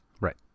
Right